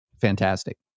fantastic